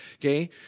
okay